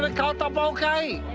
like ah had the bouquet,